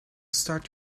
start